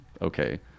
okay